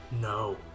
no